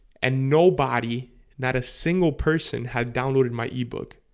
and nobody not a single person had downloaded my ebook.